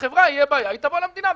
לחברה תהיה בעיה היא תבוא למדינה.